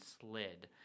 slid